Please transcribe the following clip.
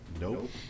nope